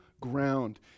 ground